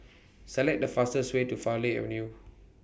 Select The fastest Way to Farleigh Avenue